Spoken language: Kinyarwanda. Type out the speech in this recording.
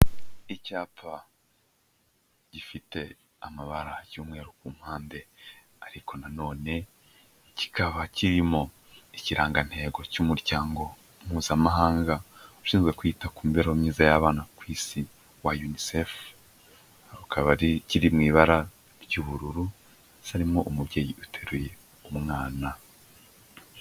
Icyapa gifite amabara y'umweru ku mpande, ariko nanone kikaba kirimo ikirangantego cy'Umuryango Mpuzamahanga Ushinzwe kwita ku mibereho myiza y'Abana ku Isi wa UNICEF, rukaba ari kiri ibara ry'ubururu harimo umubyeyi uteruye umwana.